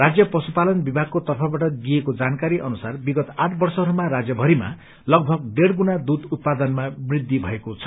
राज्य पशुपालन विभागको तर्फबाट दिइएको जानकारी अनुसार विगत आठ वर्षहरूमा राज्यभरिमा लगभग ढेड़ गुणा दूध उत्पादनमा वृद्धि भएको छ